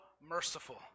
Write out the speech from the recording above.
merciful